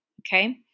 okay